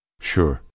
Sure